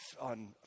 on